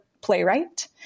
playwright